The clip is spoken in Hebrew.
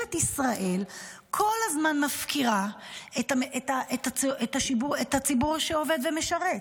שממשלת ישראל כל הזמן מפקירה את הציבור שעובד ומשרת,